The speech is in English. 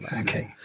okay